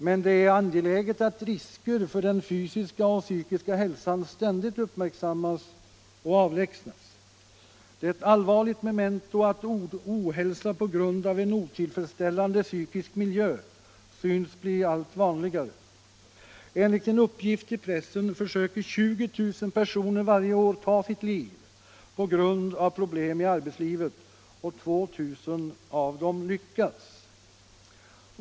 Men det är angeläget att risker för den fysiska och psykiska hälsan ständigt uppmärksammas och avlägsnas. Det är ett allvarligt memento att ohälsa på grund av en otillfredsställande psykisk miljö synes bli allt vanligare. Enligt en uppgift i pressen försöker 20 000 personer varje år ta sitt liv på grund av problem i arbetslivet och 2000 lyckas.